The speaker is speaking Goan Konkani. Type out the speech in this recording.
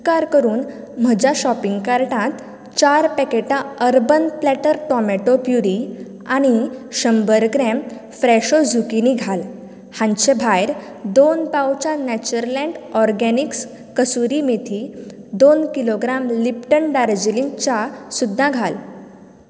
उपकार करून म्हज्या शॉपिंग कार्टांत चार पेकेटां अर्बन प्लेटर टोमेटो प्युरी आनी शंबर ग्रेम फ्रेशो झुकिनी घाल हांचे भायर दोन पावचां नेचरलँड ऑर्गेनिक्स कसुरी मेथी दोन किलोग्राम लिप्टन दार्जिलिंग च्या सुद्दां घाल